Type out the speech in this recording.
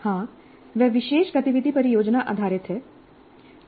हां वह विशेष गतिविधि परियोजना आधारित है